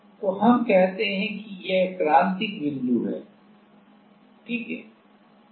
तो हम कहते हैं कि यह क्रांतिक बिंदु है ठीक है